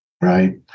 right